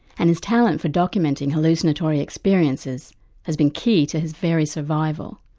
and his talent for documenting hallucinatory experiences has been key to his very survival.